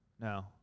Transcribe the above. No